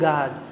God